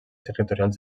territorials